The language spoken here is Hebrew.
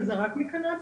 וזה רק מקנאביס,